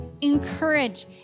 encourage